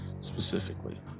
specifically